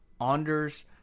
Anders